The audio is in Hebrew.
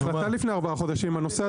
ההחלטה לפני ארבעה חודשים.